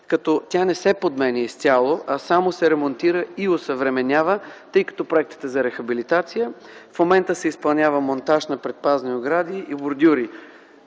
като не се подменя изцяло, а само се ремонтира и осъвременява, тъй като проектът е за рехабилитация. В момента се изпълнява монтаж на предпазни огради и бордюри.